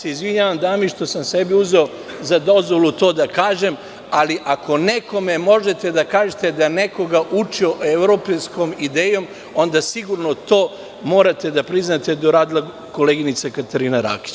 Izvinjavam se dami što sam sebi uzeo za dozvolu to da kažem, ali ako nekome možete da kažete da je nekoga učio evropejskom idejom, onda sigurno to morate da priznate, da je uradila koleginica Katarina Rakić.